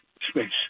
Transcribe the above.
space